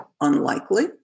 unlikely